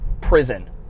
prison